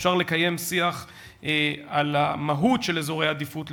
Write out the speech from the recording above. אפשר לקיים שיח על המהות של אזורי עדיפות לאומית,